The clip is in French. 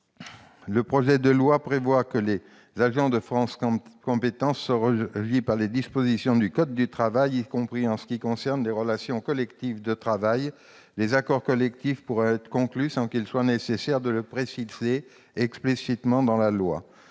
le projet de loi prévoit que les agents de France compétences seront régis pas les dispositions du code du travail, y compris en ce qui concerne les relations collectives de travail. Des accords collectifs pourront donc être conclus sans qu'il soit nécessaire de le préciser explicitement dans la loi.